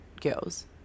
Girls